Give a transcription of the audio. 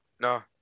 No